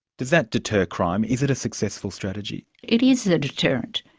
does that deter crime? is it a successful strategy? it is a deterrent.